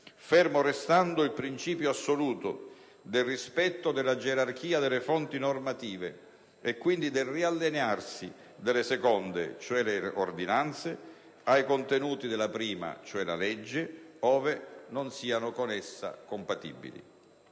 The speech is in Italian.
fermo restando il principio assoluto del rispetto della gerarchia delle fonti normative e, quindi, del riallinearsi delle seconde, cioè delle ordinanze, ai contenuti della prima, cioè la legge, ove non siano con essa compatibili.